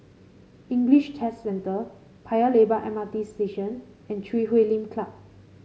English Test Centre Paya Lebar M R T Station and Chui Huay Lim Club